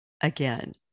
Again